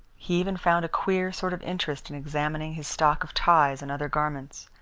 he even found a queer sort of interest in examining his stock of ties and other garments.